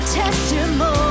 testimony